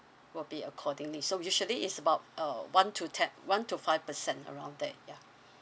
will be accordingly so usually it's about uh one to ten one to five percent around that ya